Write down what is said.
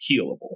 healable